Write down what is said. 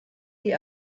die